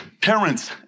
parents